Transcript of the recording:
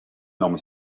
nome